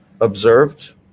observed